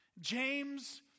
James